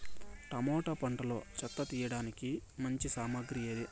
Tomato పంటలో చెత్త తీయడానికి మంచి సామగ్రి ఏది?